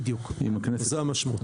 זו המשמעות.